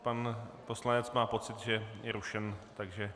Pan poslanec má pocit, že je rušen, takže...